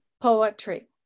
poetry